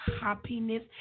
happiness